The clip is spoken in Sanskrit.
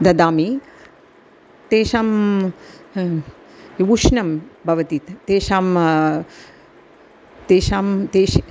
ददामि तेषाम् उष्णं भवति तेषां तेषां तेष्